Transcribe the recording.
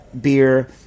beer